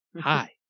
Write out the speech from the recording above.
Hi